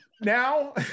Now-